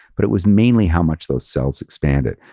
but it was mainly how much those cells expanded.